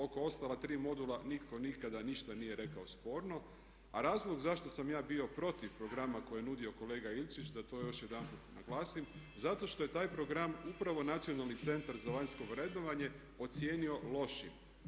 Oko ostala tri modula nitko nikada ništa nije rekao sporno, a razlog zašto sam ja bio protiv programa koje je nudio kolega Ilčić da to još jedanput naglasim zato što je taj program upravo Nacionalni centar za vanjsko vrednovanje ocijenio lošim.